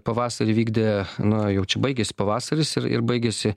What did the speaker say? pavasarį vykdė na jau čia baigėsi pavasaris ir ir baigėsi